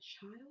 child